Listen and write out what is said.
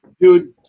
dude